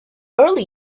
early